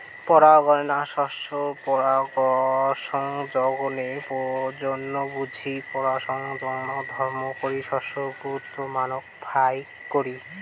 পরাগায়ন শস্যের পরাগসংযোগের প্রয়োজন বুঝি পরাগসংযোগ বর্ধন করি শস্যের গুণগত মান ফাইক করি